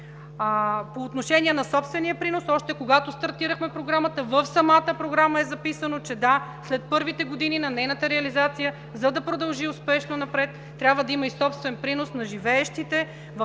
По отношение на собствения принос – още когато стартирахме Програмата, в самата Програма е записано, че – да, след първите години на нейната реализация, за да продължи успешно напред, трябва да има и собствен принос на живеещите в